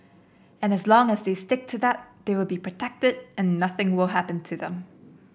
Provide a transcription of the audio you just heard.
and as long as they stick to that they will be protected and nothing will happen to them